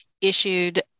issued